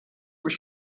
were